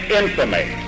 infamy